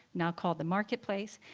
now called the marketplace,